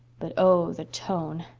but oh, the tone!